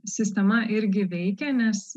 sistema irgi veikia nes